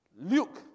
Luke